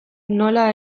nola